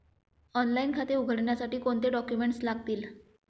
Online खाते उघडण्यासाठी कोणते डॉक्युमेंट्स लागतील?